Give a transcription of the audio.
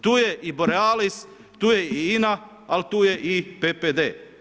Tu je i Borealis, tu je i INA, ali tu je i PPD.